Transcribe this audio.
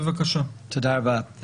תודה רבה.